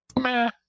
Meh